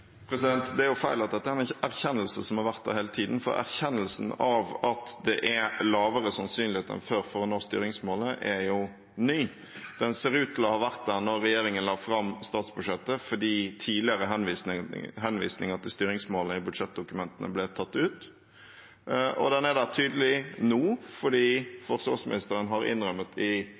er lavere sannsynlighet enn før for å nå styringsmålet, er jo ny. Den ser ut til å ha vært der da regjeringen la fram statsbudsjettet, fordi tidligere henvisninger til styringsmålet i budsjettdokumentene ble tatt ut. Og den er der tydelig nå, for forsvarsministeren har innrømmet i